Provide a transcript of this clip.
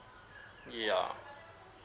yeah